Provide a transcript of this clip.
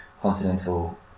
continental